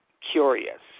Curious